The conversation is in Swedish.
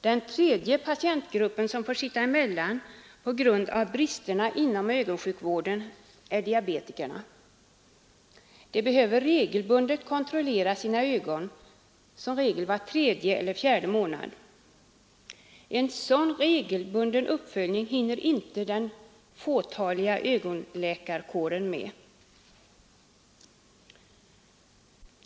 Den tredje patientgruppen som får sitta emellan på grund av bristerna inom ögonsjukvården är diabetikerna. De behöver regelbundet kontrollera sina ögon, som regel var tredje eller fjärde månad. En sådan regelbunden uppföljning hinner inte den fåtaliga ögonläkarkåren med.